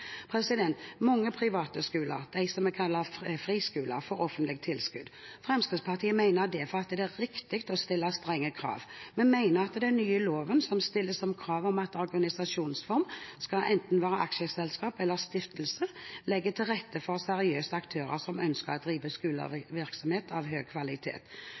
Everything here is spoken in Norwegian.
Mange private skoler, de som vi kaller friskoler, får offentlige tilskudd. Fremskrittspartiet mener derfor det er riktig at det stilles strenge krav. Vi mener at den nye loven som stiller krav om at organisasjonsform skal være enten aksjeselskap eller stiftelse, legger til rette for seriøse aktører som ønsker å drive skolevirksomhet av høy kvalitet.